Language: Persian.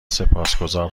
سپاسگذار